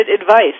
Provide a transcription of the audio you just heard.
advice